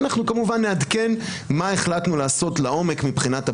אנחנו כמובן נעדכן מה החלטנו לעשות לעומק מבחינת הבדיקה,